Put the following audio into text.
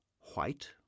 white